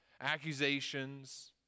Accusations